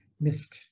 missed